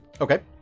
Okay